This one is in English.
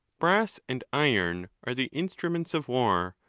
brass and iron are the instruments of war,